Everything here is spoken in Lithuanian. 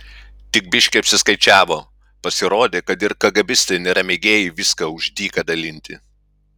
tik biški apsiskaičiavo pasirodė kad ir kagėbistai nėra mėgėjai viską už dyką dalinti